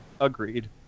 Agreed